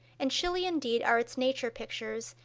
and chilly indeed are its nature pictures,